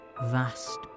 vast